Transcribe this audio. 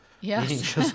Yes